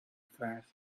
fast